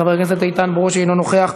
חבר הכנסת איתן ברושי, אינו נוכח.